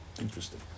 Interesting